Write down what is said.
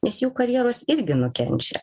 nes jų karjeros irgi nukenčia